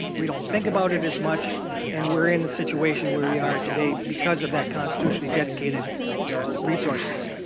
we don't think about it as much and we are in the situation where we are today because of that constitutionally dedicated you know resources.